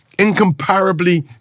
Incomparably